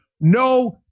No